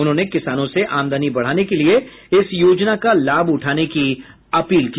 उन्होंने किसानों से आमदनी बढ़ाने के लिए इस योजना का लाभ उठाने की अपील की